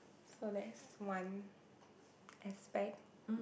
so there's one aspect